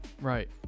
Right